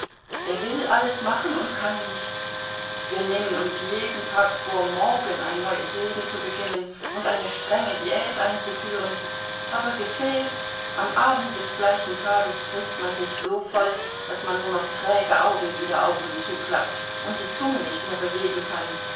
er will alles machen und kann nichts wir nehmen uns jeden tag vor morgen ein neues leben zu beginnen und eine strenge diät einzuführen aber gefehlt am abend des gleichen tages frißt man sich so voll daß man nur noch träge augenlider auf und zuklappt und die zunge nicht mehr bewegen kann